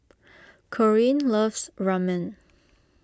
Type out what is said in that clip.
Corrine loves Ramen